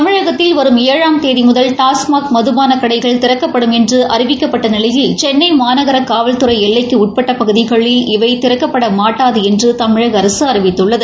தமிழகத்தில் வரும் ஏழாம் தேதி முதல் டாஸ்மாக் மதுபான கடைகள் திறக்கப்படும் என்று அறிவிக்கப்பட்ட நிலையில் சென்னை மாநகர காவல்துறை எல்லைக்கு உட்பட்ட பகுதிகளில் இவை திறக்கப்பட மாட்டாது என்று தமிழக அரசு அறிவித்துள்ளது